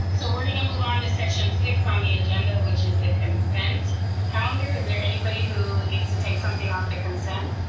so we're gonna move on to section six on the agenda, which is the consent calendar. is there anybody who needs to take something off the consent?